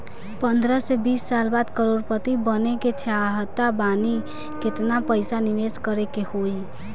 पंद्रह से बीस साल बाद करोड़ पति बने के चाहता बानी केतना पइसा निवेस करे के होई?